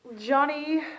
Johnny